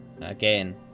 again